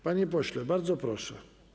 Panie pośle, bardzo proszę.